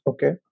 Okay